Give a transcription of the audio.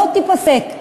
לא ייפסק,